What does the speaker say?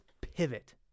pivot